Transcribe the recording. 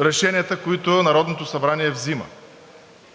решенията, които Народното събрание взима.